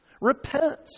Repent